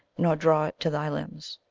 nor draw it to thy lirnbs.